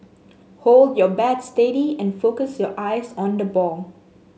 hold your bat steady and focus your eyes on the ball